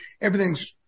everything's